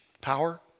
power